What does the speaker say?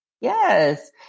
Yes